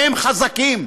והם חזקים,